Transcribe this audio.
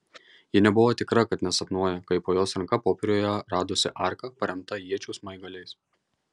ji nebuvo tikra kad nesapnuoja kai po jos ranka popieriuje radosi arka paremta iečių smaigaliais